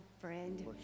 friend